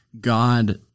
God